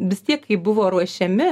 vis tiek kaip buvo ruošiami